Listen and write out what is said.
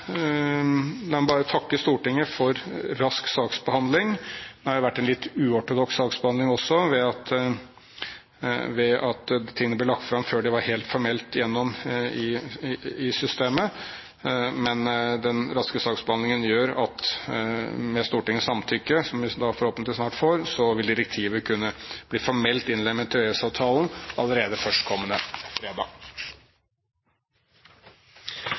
rask saksbehandling. Det har vært en litt uortodoks saksbehandling også, ved at saken ble lagt fram før den var helt formelt gjennom i systemet. Men den raske saksbehandlingen – med Stortingets samtykke, som vi forhåpentlig snart får – gjør at direktivet vil kunne bli formelt innlemmet i EØS-avtalen allerede førstkommende fredag.